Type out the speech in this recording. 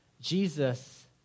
Jesus